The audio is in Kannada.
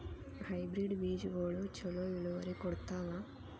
ಹೈಬ್ರಿಡ್ ಬೇಜಗೊಳು ಛಲೋ ಇಳುವರಿ ಕೊಡ್ತಾವ?